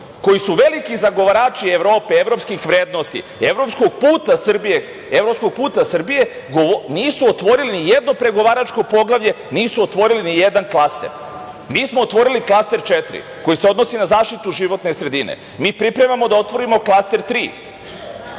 koji su veliki zagovarači Evrope, evropskih vrednosti, evropskog puta Srbije nisu otvorili nijedno pregovaračko poglavlje, nisu otvorili nijedan klaster. Mi smo otvorili klaster 4 koji se odnosi na zaštitu životne sredine. Mi pripremamo da otvorimo klaster 3,